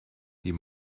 die